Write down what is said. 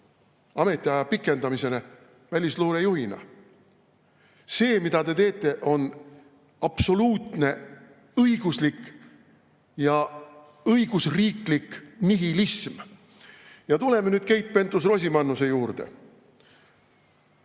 ametiaja pikendamisele välisluure juhina. See, mida te teete, on absoluutne õiguslik ja õigusriiklik nihilism. Tuleme nüüd Keit Pentus-Rosimannuse juurde.